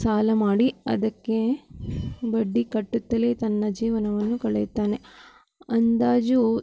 ಸಾಲ ಮಾಡಿ ಅದಕ್ಕೆ ಬಡ್ಡಿ ಕಟ್ಟುತ್ತಲೇ ತನ್ನ ಜೀವನವನ್ನು ಕಳೆಯುತ್ತಾನೆ ಅಂದಾಜು